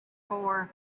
four